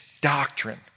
doctrine